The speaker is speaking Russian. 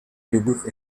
любых